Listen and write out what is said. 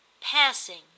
Passing